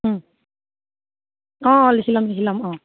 অঁ অঁ লিখি ল'ম লিখি ল'ম অঁ